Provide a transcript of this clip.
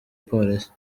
polisi